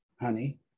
honey